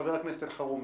חבר הכנסת אלחרומי,